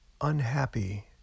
unhappy